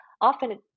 often